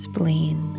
Spleen